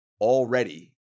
Already